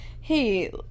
Hey